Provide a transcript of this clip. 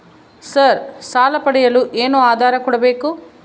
Sir ಸಾಲ ಪಡೆಯಲು ಏನು ಆಧಾರ ಕೋಡಬೇಕು?